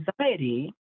Anxiety